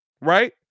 right